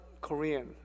Korean